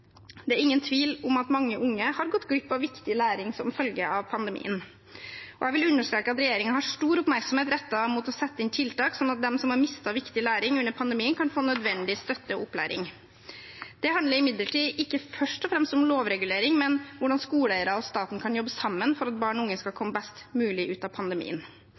Det er ingen tvil om at mange unge har gått glipp av viktig læring som følge av pandemien. Jeg vil understreke at regjeringen har stor oppmerksomhet rettet mot å sette inn tiltak, slik at de som har mistet viktig læring under pandemien, kan få nødvendig støtte og opplæring. Det handler imidlertid ikke først og fremst om lovregulering, men om hvordan skoleeiere og staten kan jobbe sammen for at barn og unge skal komme best mulig ut av pandemien.